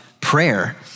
prayer